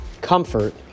comfort